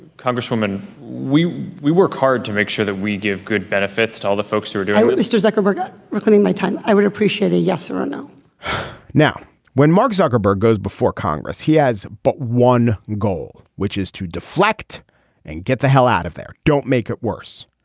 congresswoman we we work hard to make sure that we give good benefits to all the folks who are doing that mr. zuckerberg ah reclaiming my time i would appreciate a yes or or no now when mark zuckerberg goes before congress he has but one goal which is to deflect and get the hell out of there. don't make it worse.